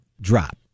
drop